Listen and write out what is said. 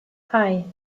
hei